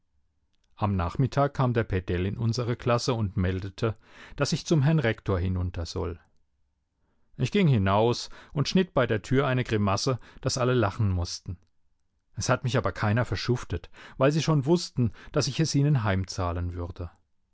am nachmittag kam der pedell in unsere klasse und meldete daß ich zum herrn rektor hinunter soll ich ging hinaus und schnitt bei der tür eine grimasse daß alle lachen mußten es hat mich aber keiner verschuftet weil sie schon wußten daß ich es ihnen heimzahlen würde